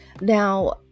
Now